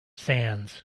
sands